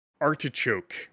Artichoke